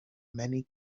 many